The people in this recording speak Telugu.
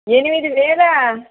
ఎనిమిది వేలా